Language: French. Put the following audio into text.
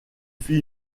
fit